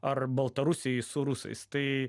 ar baltarusiai su rusais tai